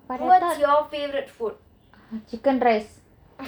what's your favourite food